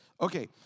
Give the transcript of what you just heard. Okay